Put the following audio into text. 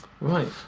Right